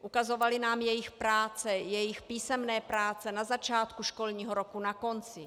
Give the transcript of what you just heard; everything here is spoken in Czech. Ukazovali nám jejich práce, jejich písemné práce na začátku školního roku, na konci.